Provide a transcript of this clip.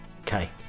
Okay